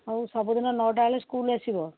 ହଉ ସବୁଦିନ ନଅଟା ବେଳେ ସ୍କୁଲ ଆସିବ